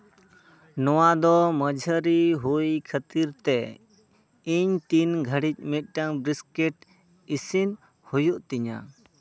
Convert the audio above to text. ᱱᱚᱣᱟ ᱫᱚ ᱢᱟᱹᱡᱷᱟᱹᱨᱤ ᱦᱩᱭ ᱠᱷᱟᱹᱛᱤᱨ ᱛᱮ ᱤᱧ ᱛᱤᱱ ᱜᱷᱟᱹᱲᱤᱡ ᱢᱤᱫᱴᱟᱝ ᱵᱨᱤᱥᱠᱩᱴ ᱤᱥᱤᱱ ᱦᱩᱭᱩᱜ ᱛᱤᱧᱟ